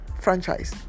franchise